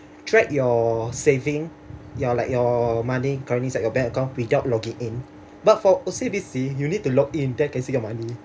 track your saving your like your money currently inside your bank account without logging in but for O_C_B_C you need to log in then you can see your money